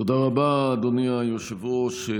תודה רבה, אדוני היושב-ראש.